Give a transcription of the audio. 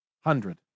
Hundred